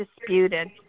disputed